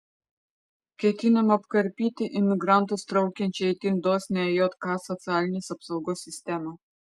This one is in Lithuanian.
ketinama apkarpyti imigrantus traukiančią itin dosnią jk socialinės apsaugos sistemą